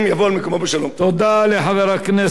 תודה לחבר הכנסת יעקב כץ.